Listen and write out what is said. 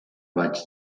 vaig